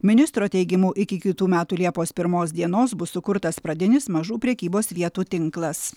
ministro teigimu iki kitų metų liepos pirmos dienos bus sukurtas pradinis mažų prekybos vietų tinklas